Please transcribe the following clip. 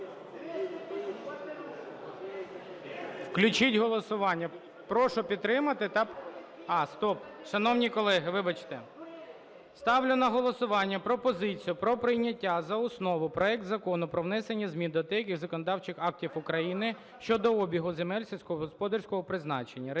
Включіть голосування. Прошу підтримати та… А, стоп! Шановні колеги, вибачте. Ставлю на голосування пропозицію про прийняття за основу проект Закону про внесення змін до деяких законодавчих актів України щодо обігу земель сільськогосподарського призначення